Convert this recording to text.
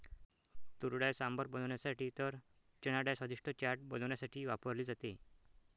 तुरडाळ सांबर बनवण्यासाठी तर चनाडाळ स्वादिष्ट चाट बनवण्यासाठी वापरली जाते